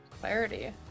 clarity